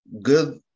good